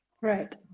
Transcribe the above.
right